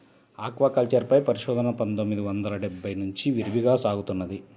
aquaculture పై పరిశోధన పందొమ్మిది వందల డెబ్బై నుంచి విరివిగా సాగుతున్నది